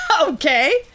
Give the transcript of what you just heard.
Okay